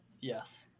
Yes